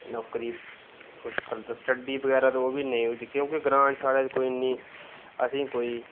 ते नौकरी मुश्कल ते सट्डी बगैरा ओह् बी नेईं होई दी क्योंकि ग्रांऽ साढ़े च कोई इन्नी असेंगी कोई